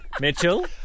Mitchell